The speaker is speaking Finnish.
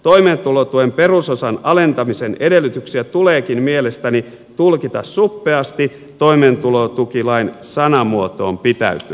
toimeentulotuen perusosan alentamisen edellytyksiä tuleekin mielestäni tulkita suppeasti toimeentulotukilain sanamuotoon pitäytyen